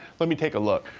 let me take a look.